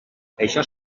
això